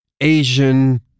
Asian